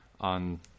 on